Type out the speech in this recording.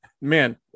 man